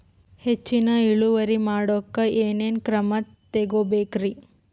ಹೆಚ್ಚಿನ್ ಇಳುವರಿ ಮಾಡೋಕ್ ಏನ್ ಏನ್ ಕ್ರಮ ತೇಗೋಬೇಕ್ರಿ?